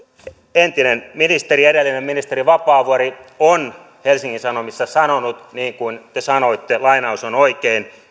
entinen ministeri edellinen ministeri vapaavuori on helsingin sanomissa sanonut niin kuin te sanoitte lainaus on oikein